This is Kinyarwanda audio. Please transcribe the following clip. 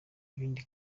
ibindi